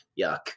yuck